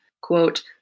Quote